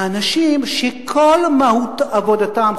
האנשים שכל עבודתם,